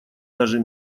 даже